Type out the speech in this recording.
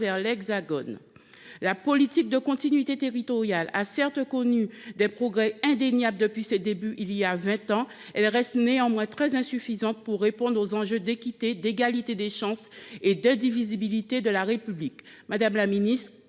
vers l’Hexagone. La politique de continuité territoriale a certes connu des progrès indéniables depuis ses débuts, voilà vingt ans. Néanmoins, elle reste très insuffisante pour répondre aux enjeux d’équité, d’égalité des chances et d’indivisibilité de la République.